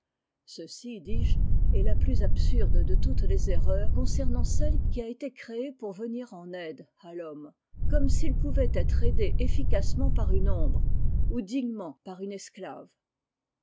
ceci dis-je est la plus absurde de toutes les erreurs concernant celle qui a été créée pour venir en aide à l'homme comme s'il pouvait être aidé efficacement par une ombre ou dignement par une esclave